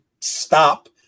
stop